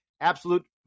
absolute